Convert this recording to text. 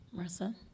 Marissa